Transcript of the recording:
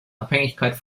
abhängigkeit